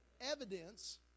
evidence